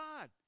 God